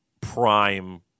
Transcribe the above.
prime